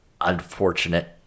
unfortunate